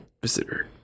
Visitor